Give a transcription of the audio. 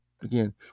Again